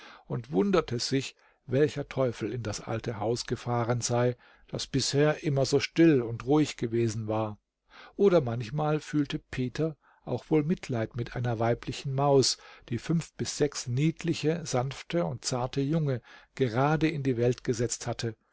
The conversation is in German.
und wunderte sich welcher teufel in das alte haus gefahren sei das bisher immer so still und ruhig gewesen war oder manchmal fühlte peter auch wohl mitleid mit einer weiblichen maus die fünf bis sechs niedliche sanfte und zarte junge gerade in die welt gesetzt hatte